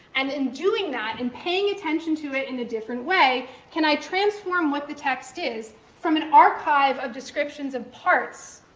and in doing that, in paying attention to it in a different way, can i transform what the text is from an archive of description of parts,